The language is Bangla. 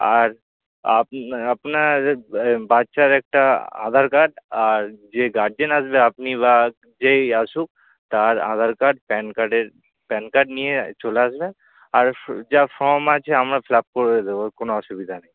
আর আপ আপনার বাচ্চার একটা আধার কার্ড আর যে গার্জেন আসবে আপনি বা যেই আসুক তার আধার কার্ড প্যান কার্ডের প্যান কার্ড নিয়ে চলে আসবেন আর যা ফর্ম আছে আমরা ফিল আপ করে দেবো কোনো অসুবিধা নেই